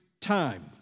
time